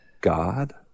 God